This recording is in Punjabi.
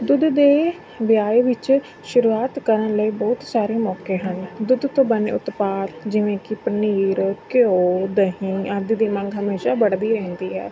ਦੁੱਧ ਦੇ ਵਿਆਏ ਵਿੱਚ ਸ਼ੁਰੂਆਤ ਕਰਨ ਲਈ ਬਹੁਤ ਸਾਰੇ ਮੌਕੇ ਹਨ ਦੁੱਧ ਤੋਂ ਬਣੇ ਉਤਪਾਦ ਜਿਵੇਂ ਕਿ ਪਨੀਰ ਘਿਓ ਦਹੀਂ ਆਦਿ ਦੀ ਮੰਗ ਹਮੇਸ਼ਾ ਵੜਦੀ ਰਹਿੰਦੀ ਹੈ